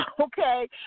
okay